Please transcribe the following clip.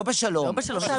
לא בשלום.